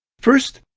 first,